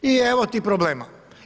I evo ti problema.